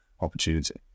opportunity